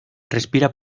respira